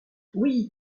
oui